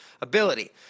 ability